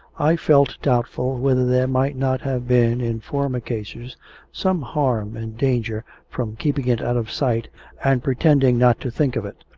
i felt doubtful whether there might not have been in former cases some harm and danger from keeping it out of sight and pretending not to think of it.